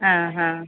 ആ ആ